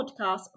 podcast